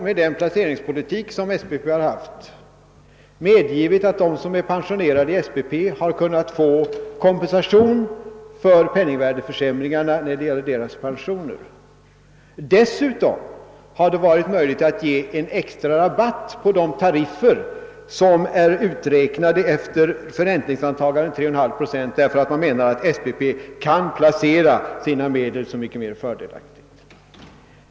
Med den placeringspolitik som SPP haft har det varit möjligt att de som är pensionerade i SPP kunnat få kompensation för penningvärdefärsämringen när det gäller deras pensioner. Dessutom har det varit möjligt att ge en extra rabatt på de tariffer som är uträknade efter förräntningsantagande 3!/;> procent, därför att man menar att SPP kan placera sina medel så mycket mera fördelaktigt.